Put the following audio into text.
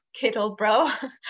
Kittlebro